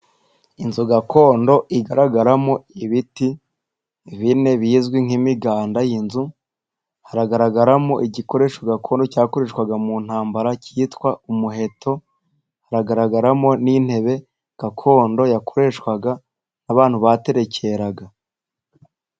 Inzu gakondo igaragaramo ibiti bine bizwi nk'imiganda y'inzu, haragaragaramo igikoresho gakondo cyakoreshwaga mu ntambara cyitwa umuheto, haragaragaramo n'intebe gakondo yakoreshwaga n'abantu baterekeraga.